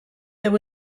there